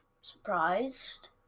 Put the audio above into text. surprised